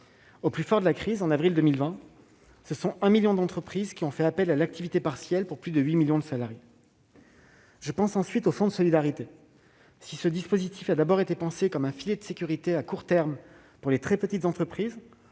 Au plus fort de la crise, en avril 2020, c'est 1 million d'entreprises qui a fait appel à l'activité partielle, pour plus de 8 millions de salariés. Je pense ensuite au fonds de solidarité. Si ce dispositif a d'abord été pensé comme un filet de sécurité à court terme pour les très petites entreprises,